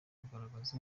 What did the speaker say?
kugaragaza